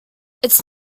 its